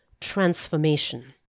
transformation